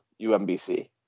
UMBC